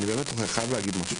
אני באמת חייב להגיד משהו.